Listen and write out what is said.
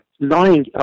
lying